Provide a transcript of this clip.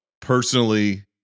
personally